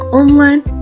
online